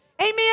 Amen